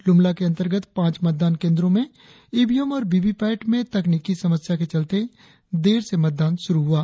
लुमला के अंतर्गत पांच मतदान केंद्रों में ईवीएम और वीवीपैट में तकनिकी समस्या के चलते देर से मतदान शुरु हुआ